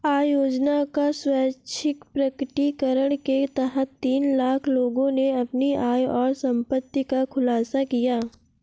आय योजना का स्वैच्छिक प्रकटीकरण के तहत तीन लाख लोगों ने अपनी आय और संपत्ति का खुलासा किया